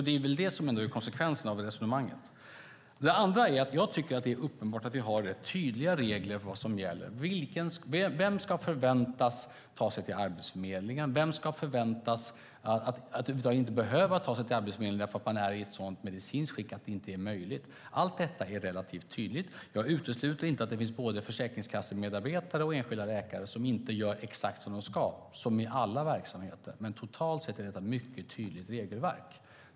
Det är väl ändå det som är konsekvensen av resonemanget. Det andra är att jag tycker att det är uppenbart att vi har tydliga regler för vad som gäller, för vem som ska förväntas ta sig till Arbetsförmedlingen och vem som över huvud taget inte ska förväntas behöva ta sig till Arbetsförmedlingen därför att man är i ett sådant medicinskt skick att det inte är möjligt. Allt detta är relativt tydligt. Jag utesluter inte att det finns både försäkringskassemedarbetare och enskilda läkare som inte gör exakt som de ska, som i alla verksamheter. Men totalt sett är det ett mycket tydligt regelverk.